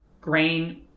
grain